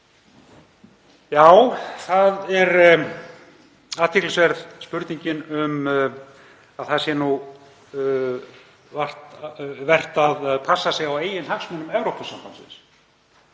Já, hún er athyglisverð, spurningin um að það sé vert að passa sig á eigin hagsmunum Evrópusambandsins.